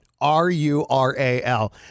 R-U-R-A-L